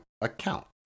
account